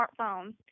smartphone